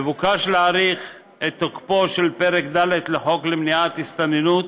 מבוקש להאריך את תוקפו של פרק ד' לחוק למניעת הסתננות,